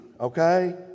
okay